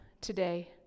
today